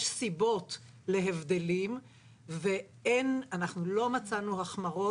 יש סיבות להבדלים ואין, אנחנו לא מצאנו החמרות.